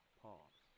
pause